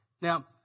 Now